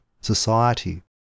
society